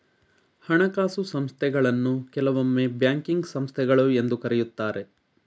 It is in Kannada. ಹಣಕಾಸು ಸಂಸ್ಥೆಗಳನ್ನು ಕೆಲವೊಮ್ಮೆ ಬ್ಯಾಂಕಿಂಗ್ ಸಂಸ್ಥೆಗಳು ಎಂದು ಕರೆಯುತ್ತಾರೆ